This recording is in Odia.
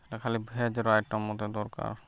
ଇଟା ଖାଲି ଭେଜ୍ର ଆଇଟମ୍ ମତେ ଦର୍କାର୍